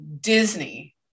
Disney